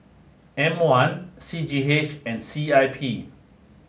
M one C G H and C I P